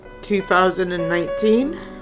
2019